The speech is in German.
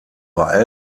bei